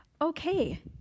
Okay